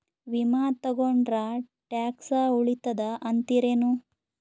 ವಿಮಾ ತೊಗೊಂಡ್ರ ಟ್ಯಾಕ್ಸ ಉಳಿತದ ಅಂತಿರೇನು?